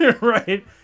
right